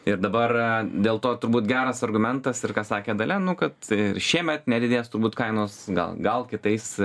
ir dabar dėl to turbūt geras argumentas ir ką sakė dalia nu kad šiemet nedidės turbūt kainos gal gal kitais